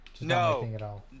No